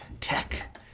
tech